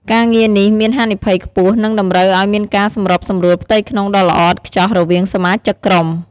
ការងារនេះមានហានិភ័យខ្ពស់ និងតម្រូវឲ្យមានការសម្របសម្រួលផ្ទៃក្នុងដ៏ល្អឥតខ្ចោះរវាងសមាជិកក្រុម។